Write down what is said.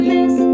Miss